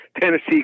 Tennessee